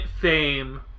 fame